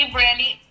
Brandy